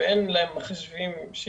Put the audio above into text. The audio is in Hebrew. ואין להם מחשבים לכל הילדים,